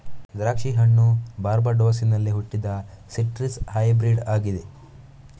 ದ್ರಾಕ್ಷಿ ಹಣ್ಣು ಬಾರ್ಬಡೋಸಿನಲ್ಲಿ ಹುಟ್ಟಿದ ಸಿಟ್ರಸ್ ಹೈಬ್ರಿಡ್ ಆಗಿದೆ